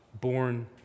born